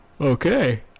Okay